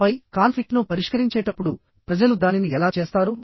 ఆపై కాన్ఫ్లిక్ట్ ను పరిష్కరించేటప్పుడు ప్రజలు దానిని ఎలా చేస్తారు